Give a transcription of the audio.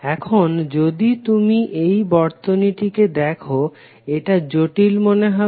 এখন যদি তুমি এই বর্তনীটিকে দেখো এটা জটিল মনে হবে